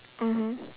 mmhmm